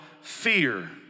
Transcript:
fear